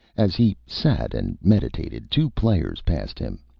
as he sat and meditated, two players passed him.